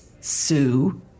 Sue